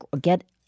get